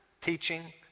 teaching